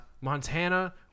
Montana